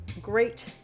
great